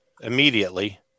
immediately